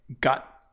got